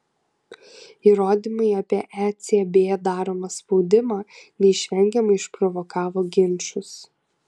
įrodymai apie ecb daromą spaudimą neišvengiamai išprovokavo ginčus